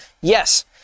Yes